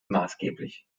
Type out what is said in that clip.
maßgeblich